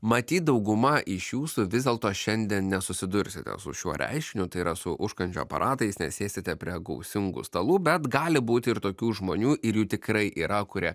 matyt dauguma iš jūsų vis dėlto šiandien nesusidursite su šiuo reiškiniu tai yra su užkandžių aparatais nes sėsite prie gausingų stalų bet gali būti ir tokių žmonių ir jų tikrai yra kurie